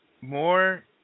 more